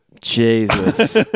Jesus